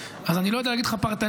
אז אני לא יודע להגיד לך פרטני.